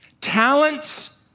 talents